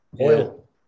Oil